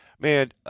Man